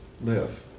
live